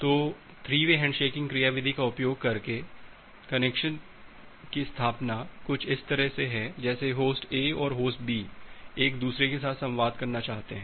तो three way handshaking क्रियाविधि का उपयोग करके कनेक्शन की स्थापना कुछ इस तरह है जैसे होस्ट A और होस्ट B एक दूसरे के साथ संवाद करना चाहते हैं